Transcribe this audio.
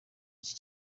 iki